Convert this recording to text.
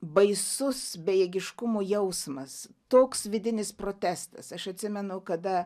baisus bejėgiškumo jausmas toks vidinis protestas aš atsimenu kada